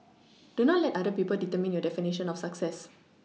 do not let other people determine your definition of success